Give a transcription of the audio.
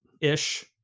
ish